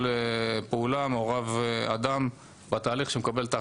פעולה מעורב אדם בתהליך שמקבל את ההחלטה.